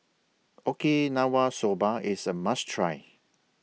Okinawa Soba IS A must Try